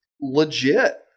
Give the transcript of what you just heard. legit